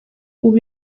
ubu